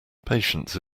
patience